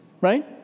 Right